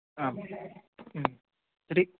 आं तर्हि